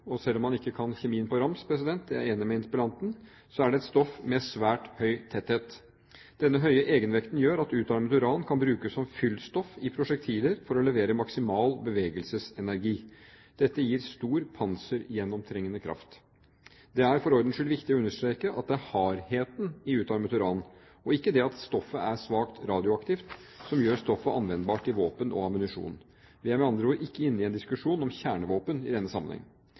og selv om man ikke kan kjemien på rams – jeg er enig med interpellanten – med svært høy tetthet. Denne høye egenvekten gjør at utarmet uran kan brukes som fyllstoff i prosjektiler for å levere maksimal bevegelsesenergi. Dette gir stor pansergjennomtrengende kraft. Det er for ordens skyld viktig å understreke at det er hardheten i utarmet uran og ikke det at stoffet er svakt radioaktivt, som gjør stoffet anvendbart i våpen og ammunisjon. Vi er med andre ord ikke inne i en diskusjon om kjernevåpen i denne sammenheng.